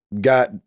got